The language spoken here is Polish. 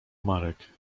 marek